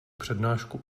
přednášku